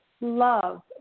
love